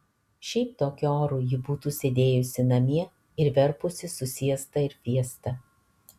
šiaip tokiu oru ji būtų sėdėjusi namie ir verpusi su siesta ir fiesta